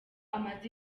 amaze